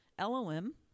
LOM